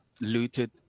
looted